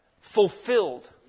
fulfilled